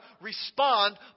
respond